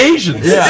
Asians